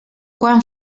quan